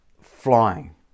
flying